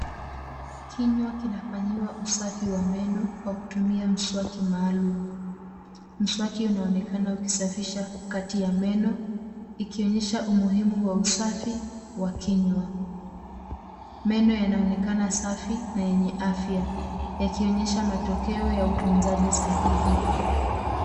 Kinywa kinafanyiwa usafi wa meno kwa kutumia mswaki maalum. Mswaki unaonekana ukisafisha kati ya meno ikionyesha umuhimu wa usafi wa kinywa. Meno yanaonekana safi na yenye afya yakionesha matokeo ya utunzaji sahihi.